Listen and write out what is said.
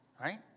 right